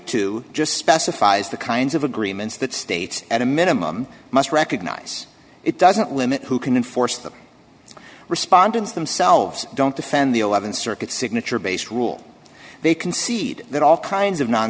two just specifies the kinds of agreements that states at a minimum must recognize it doesn't limit who can enforce them the respondents themselves don't defend the th circuit signature based rule they concede that all kinds of non